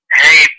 hey